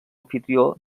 amfitrió